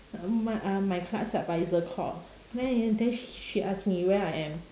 um m~ uh my class advisor call then uh then she ask me where I am